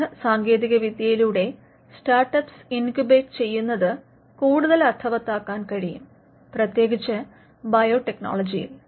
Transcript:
വിവിധ സാങ്കേതികവിദ്യയിലൂടെ start ups incubate ചെയ്യുന്നത് കൂടുതൽ അർത്ഥവത്താക്കാൻ കഴിയും പ്രതേകിച്ച് ബയോടെക്നോളജിയിൽ